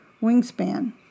wingspan